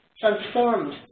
transformed